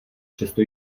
přesto